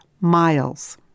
miles